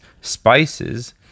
Spices